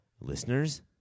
listeners